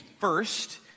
first